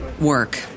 work